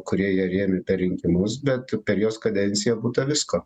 kurie ją rėmė per rinkimus bet per jos kadenciją būta visko